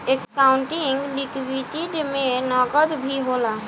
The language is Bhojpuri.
एकाउंटिंग लिक्विडिटी में नकद भी होला